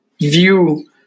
view